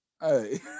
hey